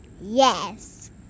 Yes